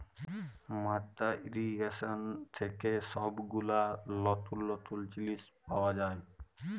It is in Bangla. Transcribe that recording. মাদ্দা ইর্রিগেশন থেক্যে সব গুলা লতুল লতুল জিলিস পাওয়া যায়